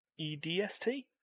EDST